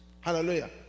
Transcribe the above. Hallelujah